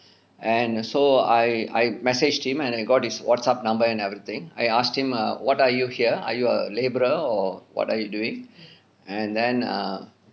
and so I I messaged him and and I got his WhatsApp number and everything I asked him err what are you here are you a labourer or what are you doing and then err